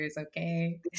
Okay